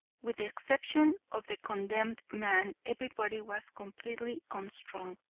with the exception of the condemned man, everybody was completely unstrung.